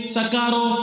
Sakaro